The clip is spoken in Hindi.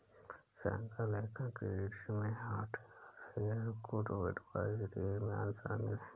श्रृंखला लेखन क्रेडिट में हार्ट अफेयर, गुड एडवाइस और ड्रीम ऑन शामिल हैं